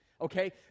okay